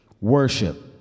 worship